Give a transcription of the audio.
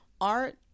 Art